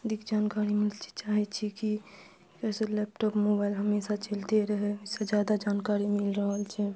जानकारी मिलऽ चाहै छी कि जैसे लैपटॉप मोबाइल हमेशा चैलते रहै ओहिसँ जादा जानकारी मिल रहल छै